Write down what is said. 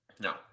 no